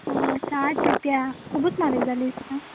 आं साठ रुपया खुबूत म्हारग जाले